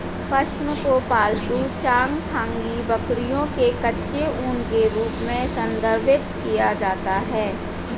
पश्म को पालतू चांगथांगी बकरियों के कच्चे ऊन के रूप में संदर्भित किया जाता है